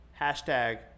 Hashtag